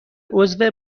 عضو